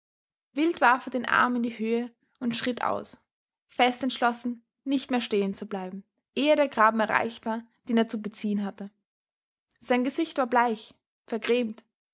wild warf er den arm in die höhe und schritt aus fest entschlossen nicht mehr stehen zu bleiben ehe der graben erreicht war den er zu beziehen hatte sein gesicht war bleich vergrämt